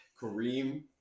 Kareem